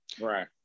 Right